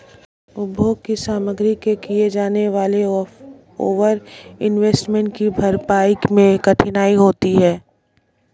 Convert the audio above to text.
उपभोग की सामग्री में किए जाने वाले ओवर इन्वेस्टमेंट की भरपाई मैं कठिनाई होती है